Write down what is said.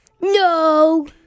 no